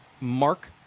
mark